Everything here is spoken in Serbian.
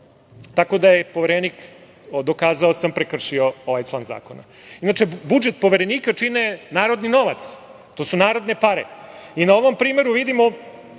tako da je Poverenik, dokazao sam, prekršio ovaj član zakona. Inače, budžet Poverenika čini narodni novac. To su narodne pare. Na ovom primeru vidimo